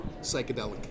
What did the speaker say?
psychedelic